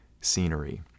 scenery